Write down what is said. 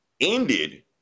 ended